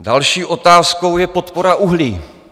Další otázkou je podpora uhlí.